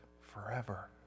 forever